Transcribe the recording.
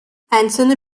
einzelne